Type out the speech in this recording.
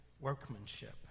workmanship